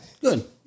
Good